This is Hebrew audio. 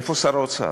איפה שר האוצר?